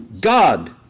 God